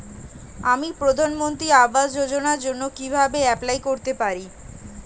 আমি প্রধানমন্ত্রী আবাস যোজনার জন্য কিভাবে এপ্লাই করতে পারি?